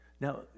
Now